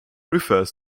refers